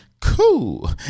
Cool